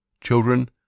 Children